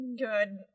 Good